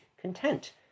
content